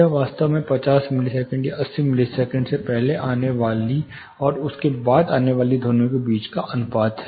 यह वास्तव में 50 मिलीसेकंड या 80 मिलीसेकंड से पहले आने वाली और उसके बाद आने वाली ध्वनियों के बीच का अनुपात हैं